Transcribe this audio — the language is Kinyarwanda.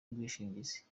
ubwishingizi